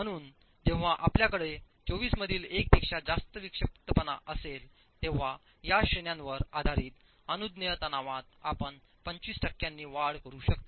म्हणून जेव्हा आपल्याकडे 24 मधील 1 पेक्षा जास्त विक्षिप्तपणा असेल तेव्हा या श्रेण्यांवर आधारित अनुज्ञेय तणावात आपण 25 टक्क्यांनी वाढ करू शकता